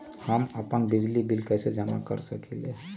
हम अपन बिजली बिल कैसे जमा कर सकेली?